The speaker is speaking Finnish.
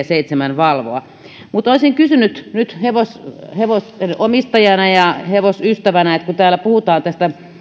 seitsemän valvoa olisin kysynyt nyt hevosenomistajana ja hevosystävänä kun täällä puhutaan tästä